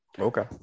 Okay